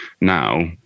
now